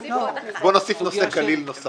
בואו נוסיף נושא קליל נוסף.